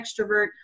extrovert